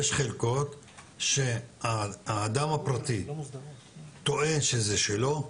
יש חלקות שהאדם הפרטי טוען שזה שלו,